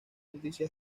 noticia